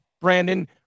Brandon